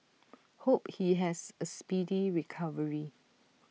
hope he has A speedy recovery